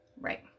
Right